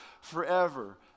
forever